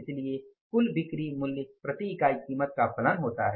इसलिए कुल बिक्री मूल्य प्रति इकाई कीमत का फलन होता है